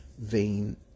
vein